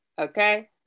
okay